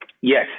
yes